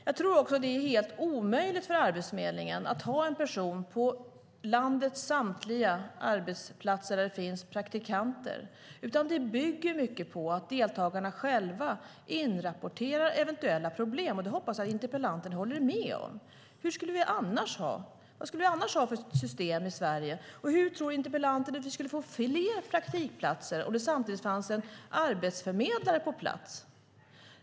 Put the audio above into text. Jag tror också att det är helt omöjligt för Arbetsförmedlingen att ha en person på landets samtliga arbetsplatser där det finns praktikanter. Det bygger mycket på att deltagarna själva inrapporterar eventuella problem. Det hoppas jag att interpellanten håller med om. Vad skulle vi annars ha för system i Sverige? Hur tror interpellanten att vi skulle få fler praktikplatser om det samtidigt fanns en arbetsförmedlare på plats?